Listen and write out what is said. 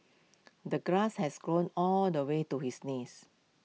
the grass has grown all the way to his knees